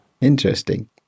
interesting